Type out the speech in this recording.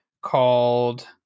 called